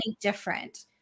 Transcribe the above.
different